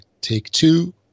Take-Two